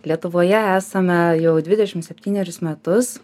lietuvoje esame jau dvidešimt septynerius metus